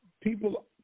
people